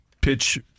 pitch